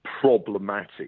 problematic